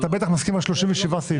אתה בטח מסכים על 37 סעיפים.